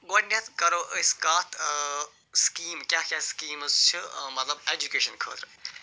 گۄڈٕنٮ۪تھ کَرَو أسۍ کَتھ سکیٖم کیٛاہ کیٛاہ سِکیٖمٕز چھِ مطلب اٮ۪جُکیشَن خٲطرٕ